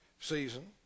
season